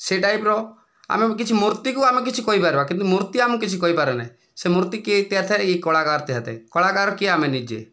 ସେ ଟାଇପ୍ର ଆମେ କିଛି ମୂର୍ତ୍ତିକୁ ଆମେ କିଛି କହିପାରିବା କିନ୍ତୁ ମୂର୍ତ୍ତି ଆମକୁ କିଛି କହିପାରେ ନାହିଁ ସେ ମୂର୍ତ୍ତି କିଏ ତିଆରିଥାଏ ଏଇ କଳାକାର ତିଆରିଥାଏ କଳାକାର କିଏ ଆମେ ନିଜେ